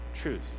truth